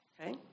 Okay